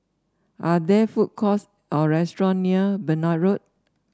are there food courts or restaurant near Benoi Road